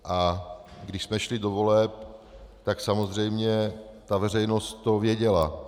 A když jsme šli do voleb, tak samozřejmě veřejnost to věděla.